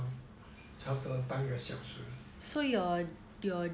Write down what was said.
差不多半个小时